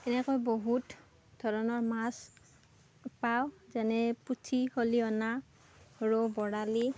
এনেকৈ বহুত ধৰণৰ মাছ পাওঁ যেনে পুঠি খলিহনা ৰৌ বৰালি